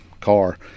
car